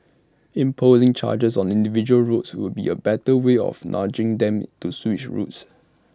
imposing charges on individual roads would be A better way of nudging them to switch routes